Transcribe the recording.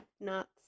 nuts